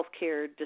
healthcare